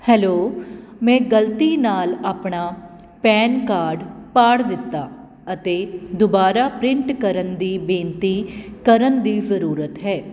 hello ਮੈਂ ਗਲਤੀ ਨਾਲ ਆਪਣਾ ਪੈਨ ਕਾਰਡ ਪਾੜ ਦਿੱਤਾ ਅਤੇ ਦੁਬਾਰਾ ਪ੍ਰਿੰਟ ਕਰਨ ਦੀ ਬੇਨਤੀ ਕਰਨ ਦੀ ਜ਼ਰੂਰਤ ਹੈ